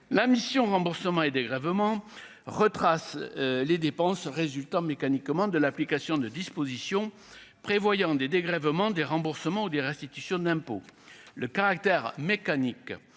la mission remboursements et dégrèvements retrace les dépenses résultant mécaniquement de l'application de dispositions prévoyant des dégrèvements des remboursements ou des restitutions d'impôts le caractère mécanique